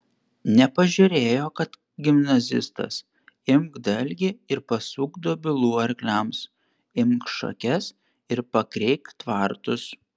nepažiūrėjo kad gimnazistas imk dalgį ir pasuk dobilų arkliams imk šakes ir pakreik tvartus